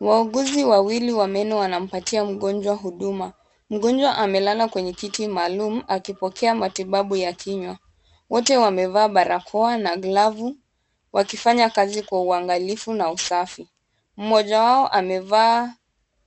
Wauguzi wawili wa meno wanampatia mgonjwa huduma. Mgonjwa amelala kwenye kiti maalum akipokea matibabu ya kinywa. Wote wamevaa barakoa na glavu wakifanya kazi kwa uangalifu na usafi. Mmoja wao amevaa